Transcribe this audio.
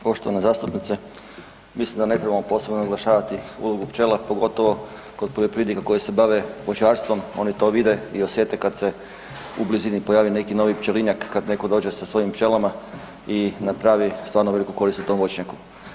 Poštovana zastupnice, mislim da ne trebamo posebno naglašavati ulogu pčela, pogotovo kod poljoprivrednika koji se bave voćarstvom, oni to vide i osjete kad se u blizini pojavi neki novi pčelinjak, kad neko dođe sa svojim pčelama i napravi stvarno veliku korist u tom voćnjaku.